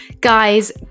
Guys